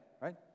right